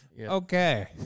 Okay